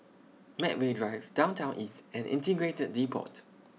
Medway Drive Downtown East and Integrated Depot